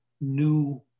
new